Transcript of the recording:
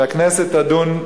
שהכנסת תדון,